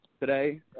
today